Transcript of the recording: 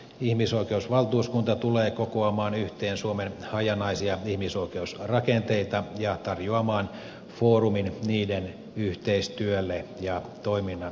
ihmisoikeusvaltuuskunta tulee kokoamaan yhteen suomen hajanaisia ihmisoikeusrakenteita ja tarjoamaan foorumin niiden yhteistyölle ja toiminnan koordinoinnille